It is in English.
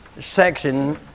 section